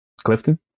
clifton